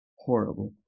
horrible